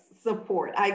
support